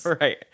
Right